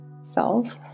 self